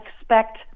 expect